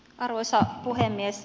arvoisa puhemies